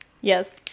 Yes